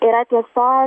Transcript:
yra tiesa